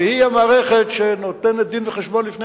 והיא המערכת שנותנת דין-וחשבון לפני